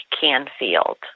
Canfield